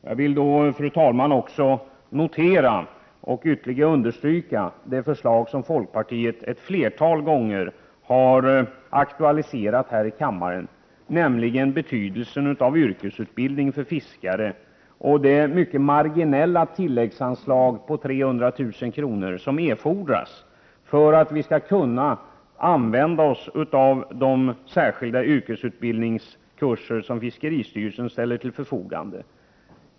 Jag vill, fru talman, också notera och ytterligare understryka det som folkpartiet ett flertal gånger har aktualiserat här i kammaren, nämligen betydelsen av yrkesutbildning för fiskare och det mycket marginella tilläggsanslag på 300 000 kr. som erfordras för att vi skall kunna använda oss av de särskilda yrkesutbildningskurser som fiskeristyrelsen ställer till förfogande.